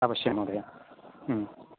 अवश्यं महोदय